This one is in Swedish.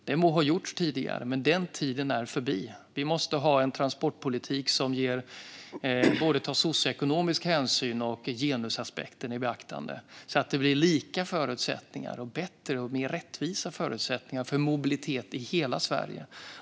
Det må ha gjorts tidigare, men den tiden är förbi. Vi måste ha en transportpolitik som tar socioekonomisk hänsyn och också tar genusaspekten i beaktande, så att det blir lika förutsättningar och bättre och mer rättvisa förutsättningar för mobilitet i hela Sverige.